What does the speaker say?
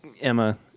Emma